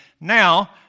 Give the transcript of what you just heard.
Now